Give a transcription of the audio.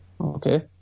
Okay